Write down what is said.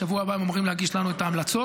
בשבוע הבא הם אמורים להגיש לנו את ההמלצות.